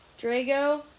Drago